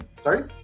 Sorry